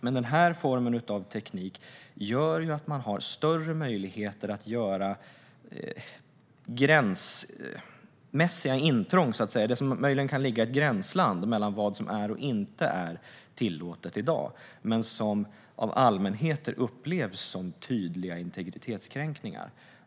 Men den här tekniken gör ju att man har större möjligheter att göra intrång i gränslandet mellan vad som är och inte är tillåtet i dag, intrång som av allmänheten upplevs som tydliga integritetskränkningar.